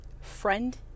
friend